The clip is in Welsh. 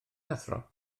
athro